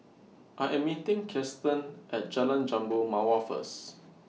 I Am meeting Kiersten At Jalan Jambu Mawar First